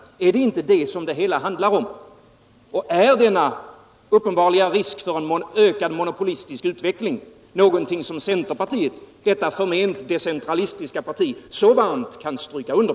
Är det inte detta som det hela handlar om? Och är denna uppenbara risk för én ökad monopolistisk utveckling någonting som centerpartiet — detta förment decentralistiska parti — så varmt kan verka för?